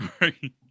Right